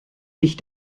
dich